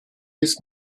ist